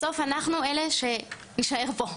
בסוף אנחנו אלה שנשאר פה,